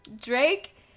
drake